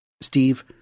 Steve